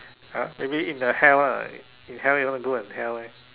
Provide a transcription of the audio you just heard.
!huh! maybe in the hell ah in hell you want to go to hell leh